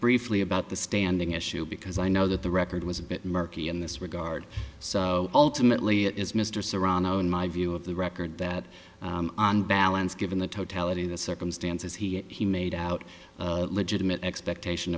about the standing issue because i know that the record was a bit murky in this regard so ultimately it is mr serrano in my view of the record that on balance given the totality of the circumstances he he made out legitimate expectation